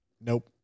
Nope